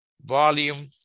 volume